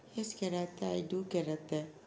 yes kera அத்தை:athai I do kera athai